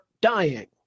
dying